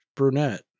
Brunette